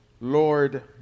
Lord